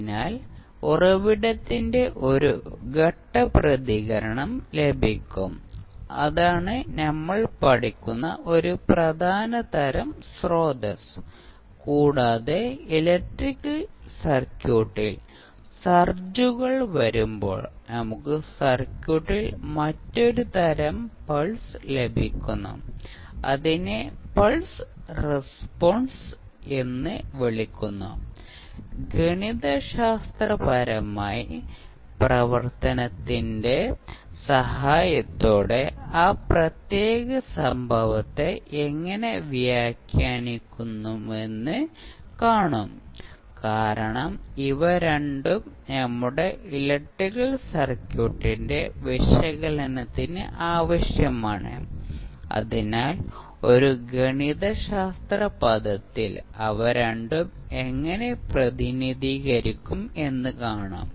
അതിനാൽ ഉറവിടത്തിന്റെ ഒരു ഘട്ട പ്രതികരണം ലഭിക്കും അതാണ് നമ്മൾ പഠിക്കുന്ന ഒരു പ്രധാന തരം സ്രോതസ്സ് കൂടാതെ ഇലക്ട്രിക്കൽ സർക്യൂട്ടിൽ സർജുകൾ വരുമ്പോൾ നമുക്ക് സർക്യൂട്ടിൽ മറ്റൊരു തരം പൾസ് ലഭിക്കുന്നു അതിനെ പൾസ് റെസ്പോൺസ് എന്ന് വിളിക്കുന്നു ഗണിതശാസ്ത്രപരമായ പ്രവർത്തനത്തിന്റെ സഹായത്തോടെ ആ പ്രത്യേക സംഭവത്തെ എങ്ങനെ വ്യാഖ്യാനിക്കുമെന്ന് കാണും കാരണം ഇവ രണ്ടും നമ്മുടെ ഇലക്ട്രിക്കൽ സർക്യൂട്ടിന്റെ വിശകലനത്തിന് ആവശ്യമാണ് അതിനാൽ ഒരു ഗണിതശാസ്ത്ര പദത്തിൽ അവ രണ്ടും എങ്ങനെ പ്രതിനിധീകരിക്കും എന്ന് കാണും